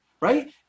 right